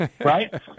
right